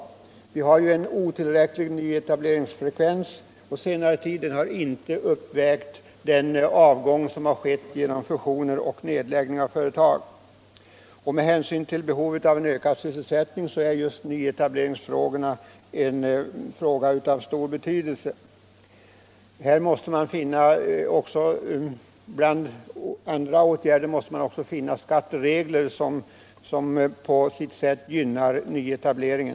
Dessa har på senare tid varit otillräckliga — de har inte uppvägt bortfallet genom fusioner och nedläggning av företag. Med hänsyn till behovet av ökad sysselsättning är just nyetableringsfrågorna av stor betydelse. Till de åtgärder som måste sättas in hör skatteregler som gynnar nyetablering.